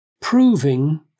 Proving